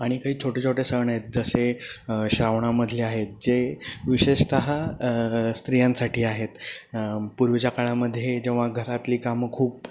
आणि काही छोटे छोटे सण आहेत जसे श्रावणामधले आहेत जे विशेषतः स्त्रियांसाठी आहेत पूर्वीच्या काळामध्ये जेव्हा घरातली कामं खूप